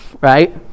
right